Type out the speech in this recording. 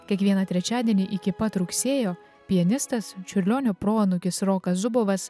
kiekvieną trečiadienį iki pat rugsėjo pianistas čiurlionio proanūkis rokas zubovas